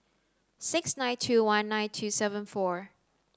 six nine two one nine two seven four